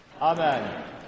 Amen